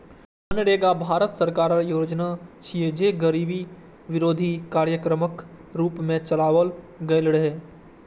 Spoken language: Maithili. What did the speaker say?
मनरेगा भारत सरकारक योजना छियै, जे गरीबी विरोधी कार्यक्रमक रूप मे चलाओल गेल रहै